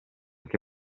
che